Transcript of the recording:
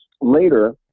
later